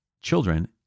children